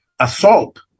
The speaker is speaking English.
assault